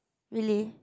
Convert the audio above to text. really